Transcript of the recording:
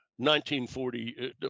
1940